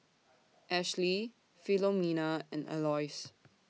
Ashlie Filomena and Aloys